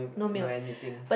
no anything